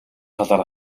талаар